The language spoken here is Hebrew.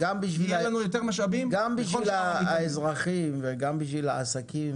יהיו לנו יותר משאבים בכל שאר --- גם בשביל האזרחים וגם בשביל העסקים